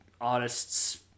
artists